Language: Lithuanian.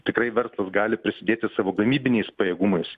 tikrai verslas gali prisidėti savo gamybiniais pajėgumais